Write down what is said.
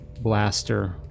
blaster